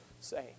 say